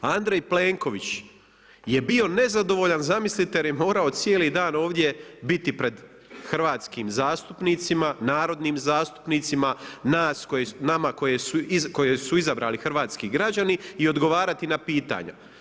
Andrej Plenković je bio nezadovoljan zamislite jer je morao cijeli dan ovdje biti pred hrvatskim zastupnicima, narodnim zastupnicima, nama koje su izabrali hrvatski građani i odgovarati na pitanja.